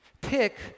Pick